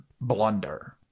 blunder